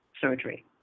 surgery